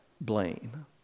blame